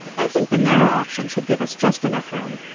i think the narrow option should give us just enough room.